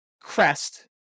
crest